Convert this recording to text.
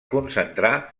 concentrar